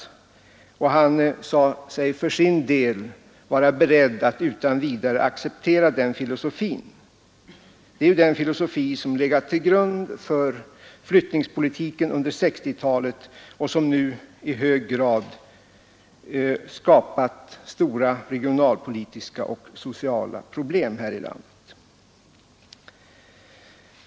Finansministern sade sig också för sin del vara beredd att utan vidare acceptera den filosofin. Det är den filosofi som legat till grund för flyttningspolitiken under 1960-talet och som skapat stora regionalpolitiska och sociala problem här i landet.